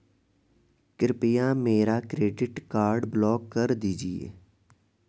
कृपया मेरा credit card block कर दीजिए